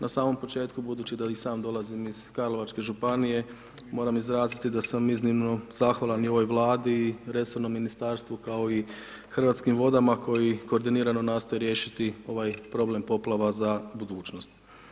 Na samom početku, budući da i sam dolazim iz Karlovačke županije, moram izraziti da sam iznimno zahvalan i ovoj Vladi i resornom Ministarstvu, kao i Hrvatskim vodama, koji koordinirano nastoje riješiti ovaj problem poplava za budućnost.